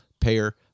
payer